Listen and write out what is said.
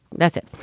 that's it.